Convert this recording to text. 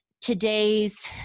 today's